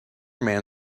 man